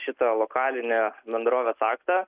šitą lokalinę bendrovės aktą